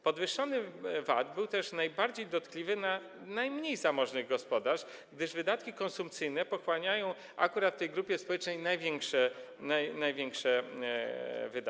Podwyższony VAT był też najbardziej dotkliwy dla najmniej zamożnych gospodarstw, gdyż wydatki konsumpcyjne pochłaniają akurat w tej grupie społecznej największe wydatki.